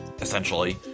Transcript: essentially